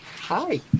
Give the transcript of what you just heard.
Hi